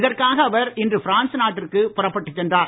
இதற்காக அவர் இன்று பிரான்ஸ் நாட்டிற்கு புறப்பட்டுச் சென்றார்